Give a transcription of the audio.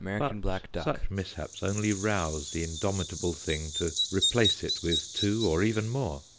but such mishaps only rouse the indomitable thing to replace it with two, or even more.